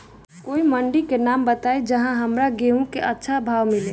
कोई मंडी के नाम बताई जहां हमरा गेहूं के अच्छा भाव मिले?